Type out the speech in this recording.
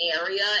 area